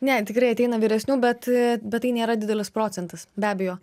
ne tikrai ateina vyresnių bet bet tai nėra didelis procentas be abejo